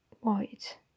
white